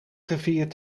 rivier